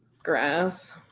grass